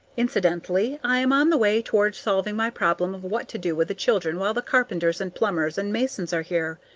incidentally, i am on the way toward solving my problem of what to do with the children while the carpenters and plumbers and masons are here.